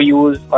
use